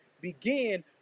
begin